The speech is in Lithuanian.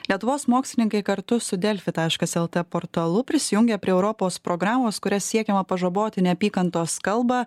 lietuvos mokslininkai kartu su delfi taškas lt portalu prisijungė prie europos programos kuria siekiama pažaboti neapykantos kalbą